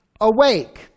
awake